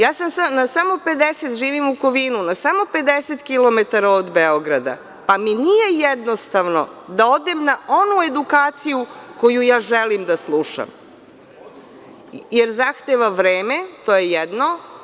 Ja živim u Kovinu na samo 50 kilometara od Beograda, pa mi nije jednostavno da odem na onu edukaciju koju želim da slušam, jer zahteva vreme, to je jedno.